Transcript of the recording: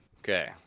Okay